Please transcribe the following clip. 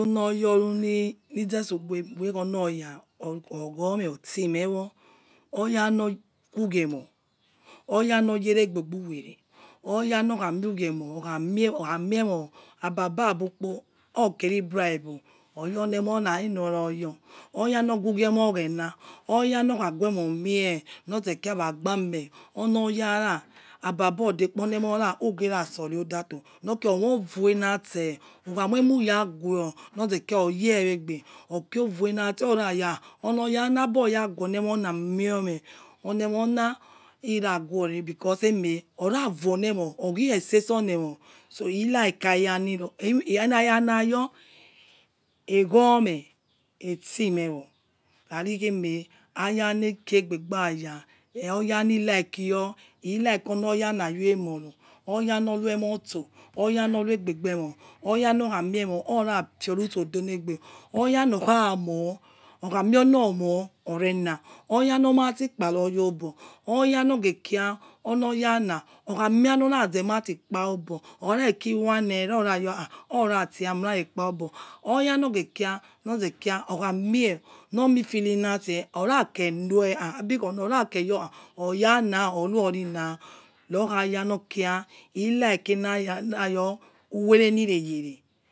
Ulayo li liza ke oloya oghome otieme wo oya lo ghuenio, oya lore aigbebu wele oya lokha mugher moi okha miemo ababa bu kpo okere boibe bu oye ole mona aila eno'oyo oya lokha guimo mie lege ke wagba mie ole moma ababo dekpo ukha soci odato lokica orovue la itse ukha mio mu yero laghuo loze kira oiyi yew agbe okici ovue la itse ola yala aigbo ghue ene na mie me orne mona iraghuere khaci eme ora vuo olemo ooghine itse itse olemon. So ilikaya lkha aya lina yo aighomie ai itse me wo khaci eme aiya lekici aigbe ba aya oya likie yo ilike oloya la vo emoru oya lorumo, so oyo leai aigbe mo oya lokha mie mo ora fiouse delegbe oya lokha moi okha mie on omo orela oya lomati kpara oya' obo oyo lege kira oloyana okha mie olo khoza mati kpa obo khaci kici one naira okha kha oya itse yame mie re kpa 'obo ohighe kira loghe kira okhamie emona itse ora kere woe yalo kho khari la oya loki ra like uwele lire rele